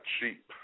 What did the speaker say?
cheap